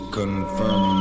confirm